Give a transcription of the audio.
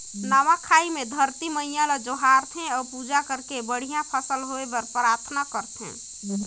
नवा खाई मे धरती मईयां ल जोहार थे अउ पूजा करके बड़िहा फसल होए बर पराथना करथे